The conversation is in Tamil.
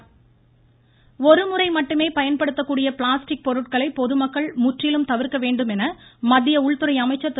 க்க்க்க்க அமீத்ஷா ஒருமுறை மட்டுமே பயன்படுத்தக்கூடிய பிளாஸ்டிக் பொருட்களை பொதுமக்கள் முற்றிலும் தவிர்க்க வேண்டும் என மத்திய உள்துறை அமைச்சர் திரு